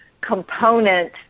component